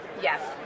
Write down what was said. Yes